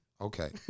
Okay